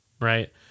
right